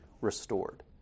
restored